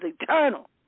eternal